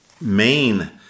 main